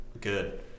good